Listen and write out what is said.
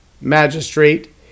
magistrate